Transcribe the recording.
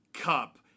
Cup